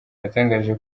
yatangaje